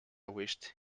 wished